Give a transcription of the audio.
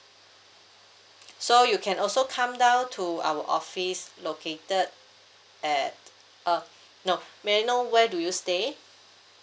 so you can also come down to our office located at uh no may I know where do you stay